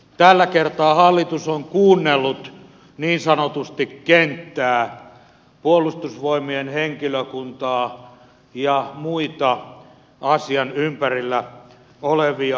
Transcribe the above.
tällä kertaa hallitus on kuunnellut niin sanotusti kenttää puolustusvoimien henkilökuntaa ja muita asian ympärillä olevia toimijoita